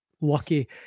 lucky